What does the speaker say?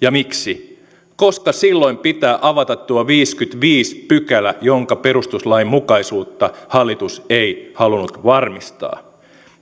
ja miksi koska silloin pitää avata tuo viideskymmenesviides pykälä jonka perustuslainmukaisuutta hallitus ei halunnut varmistaa